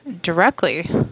directly